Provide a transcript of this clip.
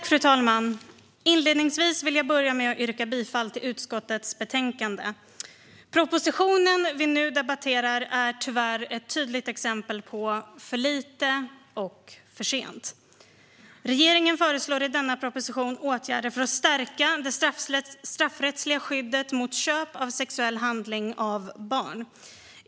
Fru talman! Inledningsvis vill jag yrka bifall till utskottets förslag. Den proposition vi nu debatterar är tyvärr ett tydligt exempel på för lite och för sent. Regeringen föreslår i denna proposition åtgärder för att stärka det straffrättsliga skyddet mot köp av sexuell handling av barn.